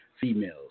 females